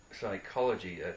psychology